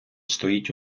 стоїть